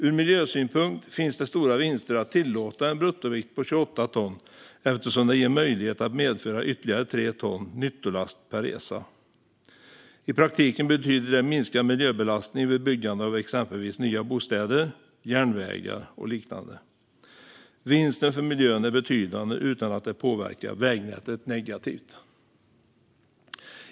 Ur miljösynpunkt finns det stora vinster med att tillåta en bruttovikt på 28 ton, eftersom det ger möjlighet att medföra ytterligare 3 ton nyttolast per resa. I praktiken betyder det minskad miljöbelastning vid byggande av exempelvis nya bostäder, järnvägar och liknande. Vinsten för miljön är betydande utan att det påverkar vägnätet negativt.